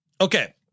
Okay